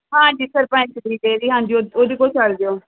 ਹਾਂਜੀ ਸਰਪੰਚ ਦੀ ਡੇਅਰੀ ਹਾਂਜੀ ਉ ਉਹਦੇ ਕੋਲ ਚਲ ਜਿਓ